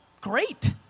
Great